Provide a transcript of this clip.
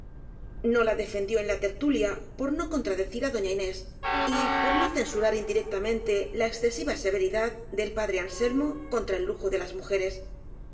no la defendió en la tertulia por no contradecir á doña inés y por no censurar indirectamente la excesiva severidad del padre an selmo contra el lujo de las mujeres